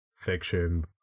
fiction